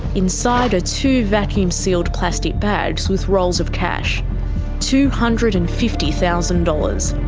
inside are two vacuum-sealed plastic bags with rolls of cash two hundred and fifty thousand dollars.